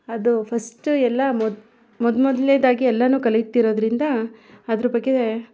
ಅದು ಫಸ್ಟ್ ಎಲ್ಲ ಮೊದ ಮೊದ ಮೊದಲ್ನೇದಾಗಿ ಎಲ್ಲನೂ ಕಲಿತಿರೋದ್ರಿಂದ ಅದ್ರ ಬಗ್ಗೆ